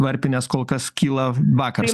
varpinės kol kas kyla vakaras